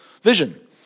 vision